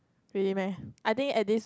really meh I think at this